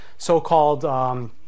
so-called